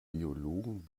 biologen